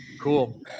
Cool